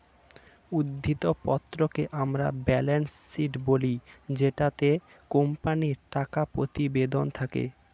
উদ্ধৃত্ত পত্রকে আমরা ব্যালেন্স শীট বলি জেটাতে কোম্পানির টাকা প্রতিবেদন থাকে